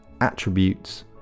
attributes